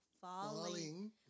Falling